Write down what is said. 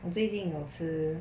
我最近有吃